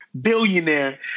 billionaire